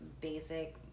basic